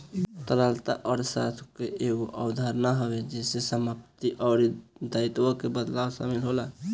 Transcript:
तरलता अर्थशास्त्र कअ एगो अवधारणा हवे जेसे समाप्ति अउरी दायित्व के बदलाव शामिल होला